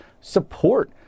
support